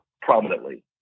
prominently